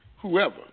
whoever